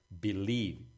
believe